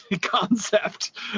concept